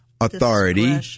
authority